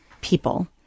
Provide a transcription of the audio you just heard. people